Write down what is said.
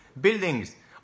buildings